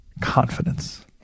confidence